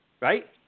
Right